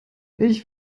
ich